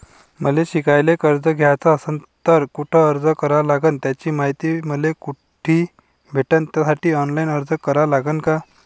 मले शिकायले कर्ज घ्याच असन तर कुठ अर्ज करा लागन त्याची मायती मले कुठी भेटन त्यासाठी ऑनलाईन अर्ज करा लागन का?